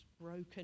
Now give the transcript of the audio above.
broken